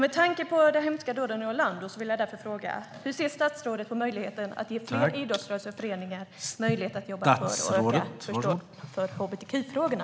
Med tanke på de hemska dåden i Orlando vill jag fråga: Hur ser statsrådet på att ge idrottsrörelsen och föreningar möjlighet att jobba för och öka förståelsen för hbtq-frågorna?